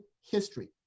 history